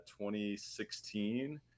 2016